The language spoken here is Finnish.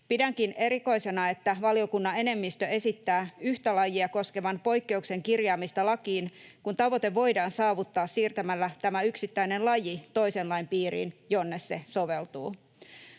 Pidänkin erikoisena, että valiokunnan enemmistö esittää yhtä lajia koskevan poikkeuksen kirjaamista lakiin, kun tavoite voidaan saavuttaa siirtämällä tämä yksittäinen laji toisen lain piiriin, jonne se soveltuu.